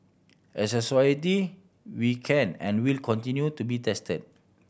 as a society we can and will continue to be tested